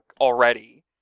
already